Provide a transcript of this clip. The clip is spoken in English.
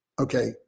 Okay